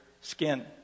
skin